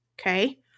okay